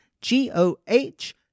G-O-H